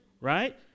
right